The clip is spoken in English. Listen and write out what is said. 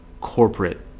corporate